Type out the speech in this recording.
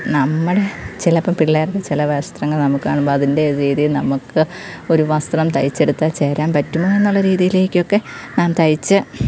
നമ്മുടെ ചിലപ്പം പിള്ളേരുടെ ചില വസ്ത്രങ്ങൾ നമുക്ക് കാണുമ്പോൾ അതിൻ്റെ രീതിയിൽ നമുക്ക് ഒരു വസ്ത്രം തയ്ച്ചെടുത്താൽ ചേരാൻ പറ്റുമോ എന്നുള്ള രീതിയിലേക്കൊക്കെ ഞാൻ തയ്ച്ച്